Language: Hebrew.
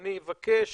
אני אבקש